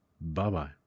Bye-bye